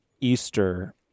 Easter